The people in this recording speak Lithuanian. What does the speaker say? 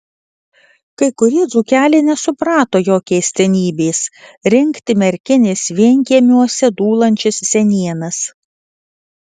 kai kurie dzūkeliai nesuprato jo keistenybės rinkti merkinės vienkiemiuose dūlančias senienas